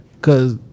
Cause